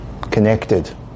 connected